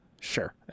sure